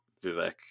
Vivek